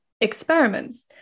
experiments